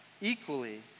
equally